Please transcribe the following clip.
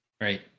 Right